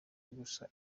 gusa